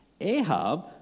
Ahab